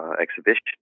exhibition